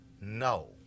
No